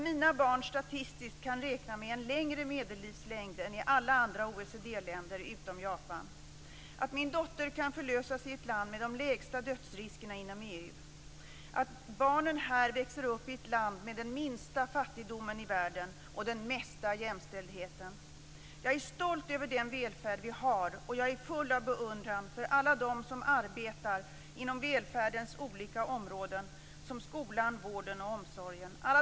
Mina barn kan statistiskt räkna med en längre medellivslängd än i alla andra OECD-länder utom Japan. Min dotter kan förlösas i ett land med de lägsta dödsriskerna inom EU. Barnen växer här upp i ett land med den minsta fattigdomen och den mesta jämställdheten i världen. Jag är stolt över den välfärd vi har, och jag är full av beundran för alla dem som arbetar inom välfärdens olika områden, dvs. skolan, vården och omsorgen.